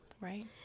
Right